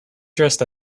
dressed